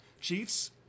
Chiefs